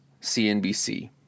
CNBC